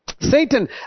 Satan